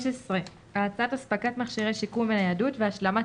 "האצת אספקת מכשירי שיקום וניידות והשלמת